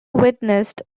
witnessed